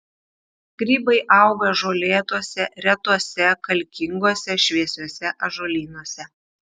grybai auga žolėtuose retuose kalkinguose šviesiuose ąžuolynuose